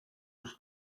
was